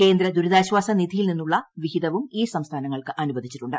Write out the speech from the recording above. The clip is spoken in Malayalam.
കേന്ദ്ര ദുരിതാശ്വാസ നിധിയിൽ നിന്നുള്ള വിഹിതവും ഈ സംസ്ഥാനങ്ങൾക്ക് അനുവദിച്ചിട്ടുണ്ട്